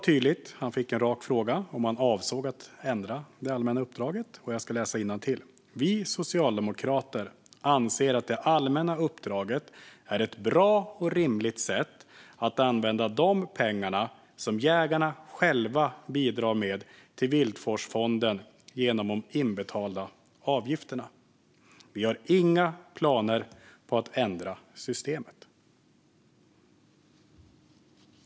På en rak fråga om han avsåg att ändra det allmänna uppdraget svarade han klart och tydligt: "Vi socialdemokrater anser att det allmänna uppdraget är ett bra och rimligt sätt att använda de pengar som jägarna själva bidrar med till Viltvårdsfonden genom de inbetalda avgifterna. Vi har inga planer på att ändra systemet."